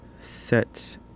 set